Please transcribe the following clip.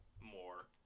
more